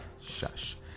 Shush